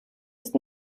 ist